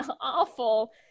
awful